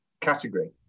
category